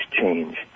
change